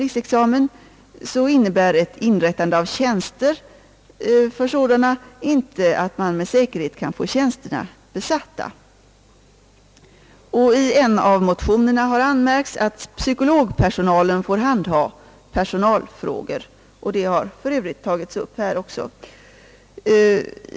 lic.-examen innebär dock inte ett inrättande av tjänster för sådana att man med säkerhet kan få tjänsterna besatta. I en av motionerna har anmärkts att psykologpersonalen får handha personalfrågor, och den saken har för övrigt tagits upp här också.